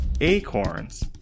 acorns